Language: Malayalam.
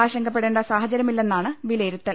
ആശങ്കപ്പെടേണ്ട സാഹചര്യമില്ലെന്നാണ് വിലയി രുത്തൽ